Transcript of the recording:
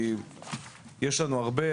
זה אומר שמוצרי קירור